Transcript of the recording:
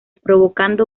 provocando